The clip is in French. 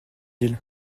ils